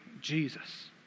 Jesus